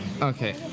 Okay